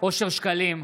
אושר שקלים,